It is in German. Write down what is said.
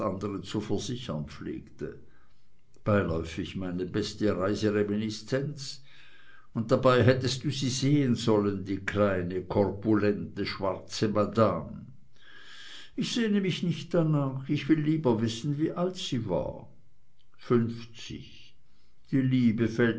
zu versichern pflegte beiläufig meine beste reisereminiszenz und dabei hättest du sie sehen sollen die kleine korpulente schwarze madame ich sehne mich nicht danach ich will lieber wissen wie alt sie war fünfzig die liebe